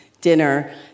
dinner